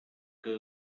que